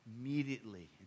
immediately